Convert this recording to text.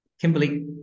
Kimberly